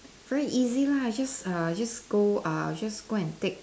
very easy lah just uh just go uh just go and take